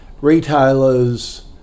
retailers